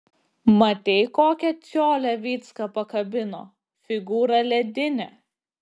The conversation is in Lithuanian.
matei kokią čiolę vycka pakabino figūra ledinė